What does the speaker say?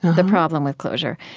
the problem with closure,